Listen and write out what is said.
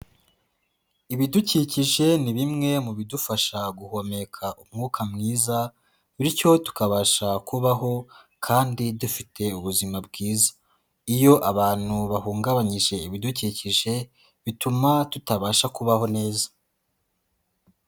Ibidukikije ni bimwe mu bidufasha guhumeka umwuka mwiza, bityo tukabasha kubaho kandi dufite ubuzima bwiza, iyo abantu bahungabanyije ibidukikije bituma tutabasha kubaho neza.